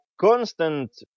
constant